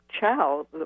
chow